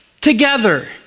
together